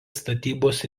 statybos